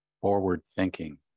forward-thinking